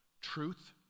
Truth